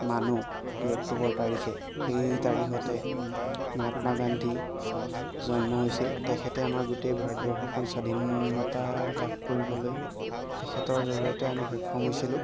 মানো দুই অক্টোবৰ তাৰিখে সেই তাৰিখতে মহাত্মা গান্ধী জন্ম হৈছিল তেখেতে আমাৰ গোটেই ভাৰতবৰ্ষখন স্বাধীনতা লাভ কৰিবলৈ তেখেতৰ জৰিয়তে আমি সক্ষম হৈছিলোঁ